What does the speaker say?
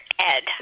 Ed